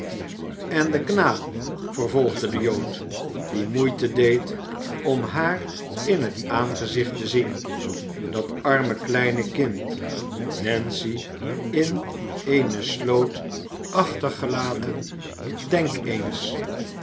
en de knaap vervolgde de jood die moeite deed om haar in het aangezicht te zien dat arme kleine kind nancy in eene sloot achtergelaten denk eens